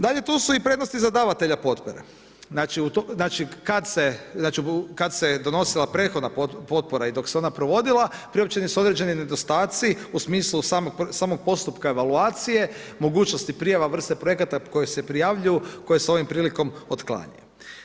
Dalje, tu su i prednosti za davatelja potpore, znači, kada se, kada se donosila prethodna potpora i dok se ona provodila, primijećeni su određeni nedostaci u smislu samog postupka evaluacije, mogućnosti prijava vrste projekata koje se prijavljuju, koje se s ovom prilikom otklanja.